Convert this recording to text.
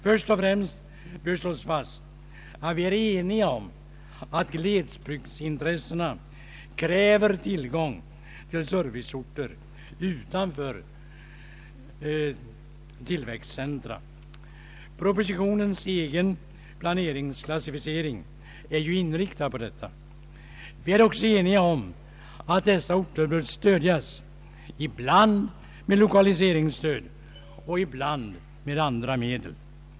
Först och främst bör slås fast att vi är eniga om att glesbygdsintressena kräver tillgång till serviceorter utanför tillväxtcentra. Propositionens egen planeringsklassificering är ju inriktad på detta. Vi är också eniga om att dessa orter bör stödjas, ibland med lokaliseringsstöd och ibland med andra medel.